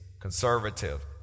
conservative